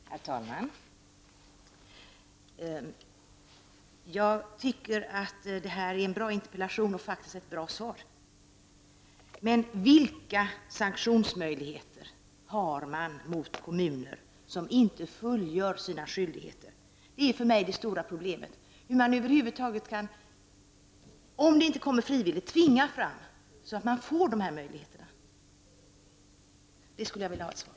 Herr talman! Jag tycker att det är en bra interpellation och ett bra svar. Men vilka sanktionsmöjligheter har man mot kommuner som inte fullgör sina skyldigheter? Det är för mig det stora problemet. Hur kan man över huvud taget, om det inte går på frivillig väg, tvinga fram de möjligheter till barntillsyn som det här gäller. Det skulle jag vilja ha ett svar på.